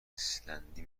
ایسلندی